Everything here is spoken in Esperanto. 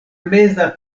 meza